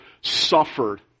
suffered